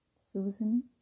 Susan